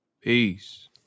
Peace